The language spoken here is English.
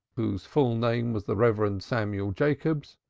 whose full name was the reverend samuel jacobs,